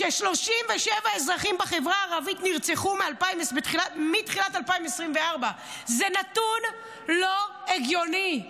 שבו 37 אזרחים בחברה הערבית נרצחו מתחילת 2024. זה נתון לא הגיוני,